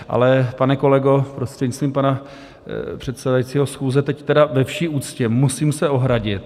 Ale pane kolego, prostřednictvím pana předsedajícího schůze, teď tedy ve vší úctě musím se ohradit.